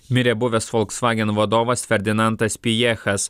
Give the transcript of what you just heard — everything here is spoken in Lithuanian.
mirė buvęs volkswagen vadovas ferdinandas pijechas